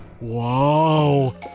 Wow